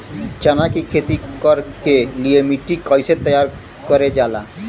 चना की खेती कर के लिए मिट्टी कैसे तैयार करें जाला?